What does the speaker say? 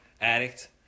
addict